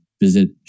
Visit